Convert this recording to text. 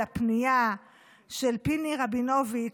לפנייה של פיני רבינוביץ',